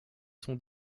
son